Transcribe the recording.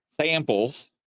samples